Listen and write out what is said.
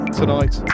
tonight